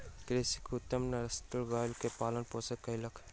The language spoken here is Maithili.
कृषक उत्तम नस्लक गाय के पालन पोषण कयलक